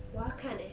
我要看 eh